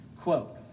Quote